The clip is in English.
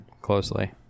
closely